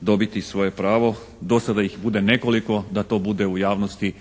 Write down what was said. dobiti svoje pravo, do sada ih bude nekoliko, da to bude u javnosti